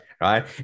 Right